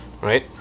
Right